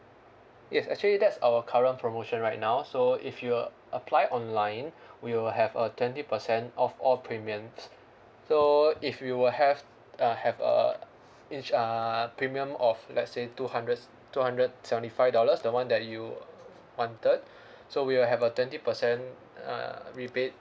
yes actually that's our current promotion right now so if you uh apply online we will have a twenty percent of all premiums so if you will have uh have uh ins~ uh premium of let's say two hundred two hundred seventy five dollars the one that you wanted so we will have a twenty percent uh rebate